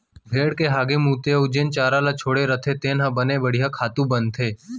भेड़ी के हागे मूते अउ जेन चारा ल छोड़े रथें तेन ह बने बड़िहा खातू बनथे